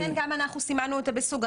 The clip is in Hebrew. לכן גם אנחנו סימנו את זה בסוגריים